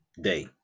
day